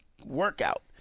workout